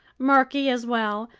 murky as well,